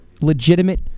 legitimate